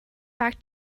back